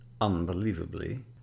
unbelievably